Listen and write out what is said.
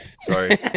Sorry